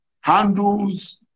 handles